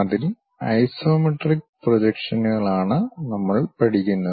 അതിൽ ഐസോമെട്രിക് പ്രൊജക്ഷനുകളാണ് നമ്മൾ പഠിക്കുന്നത്